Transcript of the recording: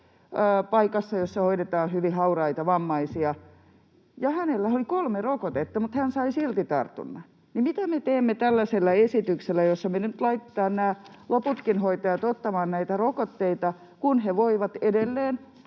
paikassa, jossa hoidetaan hyvin hauraita vammaisia, ja hänellä oli kolme rokotetta, mutta hän sai silti tartunnan. Mitä me teemme tällaisella esityksellä, jossa me nyt laitetaan nämä loputkin hoitajat ottamaan näitä rokotteita, kun he voivat edelleen